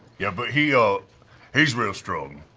yeah, but he's real he's real strong.